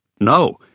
No